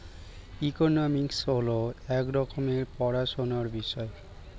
economics হল এক রকমের পড়াশোনার বিষয়